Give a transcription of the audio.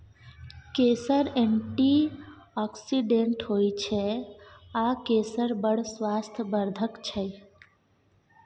केसर एंटीआक्सिडेंट होइ छै आ केसर बड़ स्वास्थ्य बर्धक छै